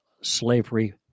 slavery